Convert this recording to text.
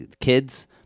kids